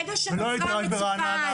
ולא הייתי רק ברעננה.